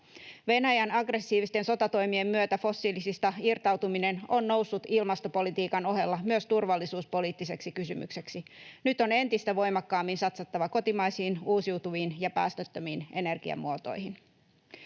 Venäjän aggressiivisten sotatoimien myötä fossiilisista irtautuminen on noussut ilmastopolitiikan ohella myös turvallisuuspoliittiseksi kysymykseksi. Nyt on entistä voimakkaammin satsattava kotimaisiin, uusiutuviin ja päästöttömiin energiamuotoihin.